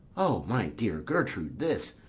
o my dear gertrude, this,